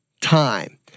time